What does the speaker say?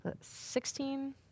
Sixteen